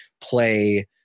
play